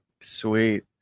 Sweet